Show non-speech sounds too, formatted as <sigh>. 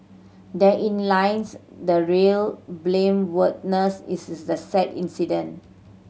therein lines the real blameworthiness <unintelligible> this the sad incident